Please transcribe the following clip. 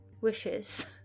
wishes